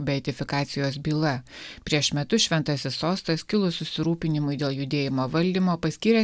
beatifikacijos byla prieš metus šventasis sostas kilus susirūpinimui dėl judėjimo valdymo paskyrė